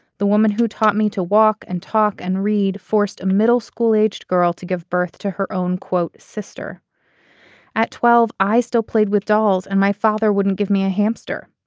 the woman who taught me to walk and talk and read forced a middle school aged girl to give birth to her own quote sister at twelve i still played with dolls and my father wouldn't give me a hamster.